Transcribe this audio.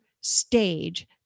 stage